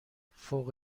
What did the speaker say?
فوق